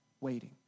waiting